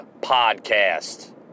podcast